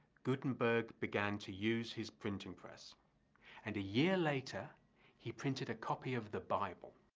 gutenberg began to use his printing press and a year later he printed a copy of the bible,